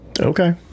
Okay